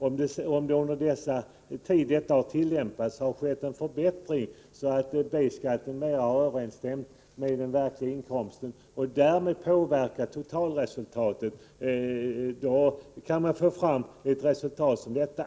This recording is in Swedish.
Om det, under den tid reglerna har tillämpats, har skett en förbättring, så att den preliminära B-skatten mer har överensstämt med den verkliga inkomsten — och därmed påverkat totalresultatet — kan man givetvis få fram siffror som dessa.